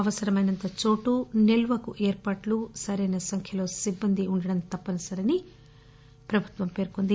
అవసరమైనంత చోటు నిల్వకు ఏర్పాట్లు సరైన సంఖ్యలో సిబ్బంది ఉండటం తప్పనిసరి అని ప్రభుత్వం పేర్కొంది